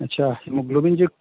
আচ্ছা হিমোগ্লোবিন যে